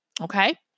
okay